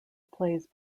plays